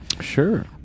Sure